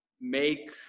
make